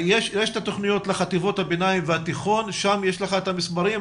יש את התכניות לחטיבות הביניים והתיכון שם יש לך את המספרים,